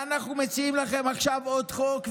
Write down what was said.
ואנחנו מציעים לכם עכשיו עוד חוק,